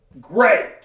great